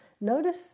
Notice